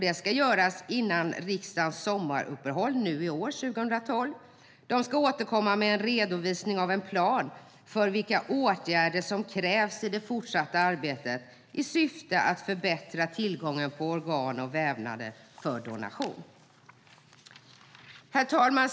Det ska göras innan riksdagens sommaruppehåll nu i år, 2012. Regeringen ska återkomma med en redovisning av en plan för vilka åtgärder som krävs i det fortsatta arbetet i syfte att förbättra tillgången på organ och vävnader för donation. Herr talman!